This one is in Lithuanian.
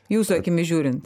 jūsų akimis žiūrint